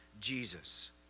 Jesus